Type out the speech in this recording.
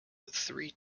three